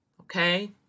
okay